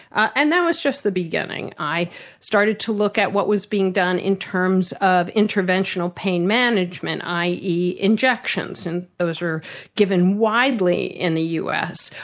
and that was just the beginning. i started to look at what was being done in terms of interventional pain management, i. e. injections, and those are given widely in the us.